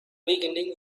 beginning